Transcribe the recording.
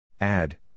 Add